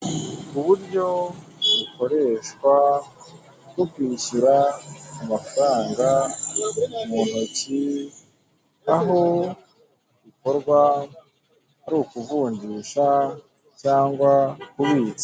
Uburyo bukoreshwa bwo kwishyura amafaranga mu ntoki, aho bikorwa ari ukuvunjisha cyangwa kubitsa.